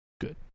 good